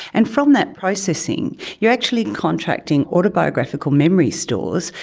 and from that processing you are actually contracting autobiographical memory stores,